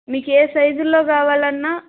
మీకు ఏ సైజుల్లో కావాలన్నా